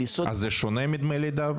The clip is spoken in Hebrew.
על יסוד --- אז זה שונה מדמי לידה?